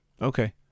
Okay